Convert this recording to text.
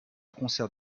concert